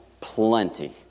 Plenty